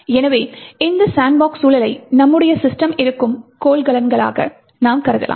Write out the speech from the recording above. எனவே இந்த சாண்ட்பாக்ஸ் சூழலை நம்முடைய சிஸ்டம் இருக்கும் கொள்கலனாக நாம் கருதலாம்